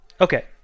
Okay